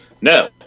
no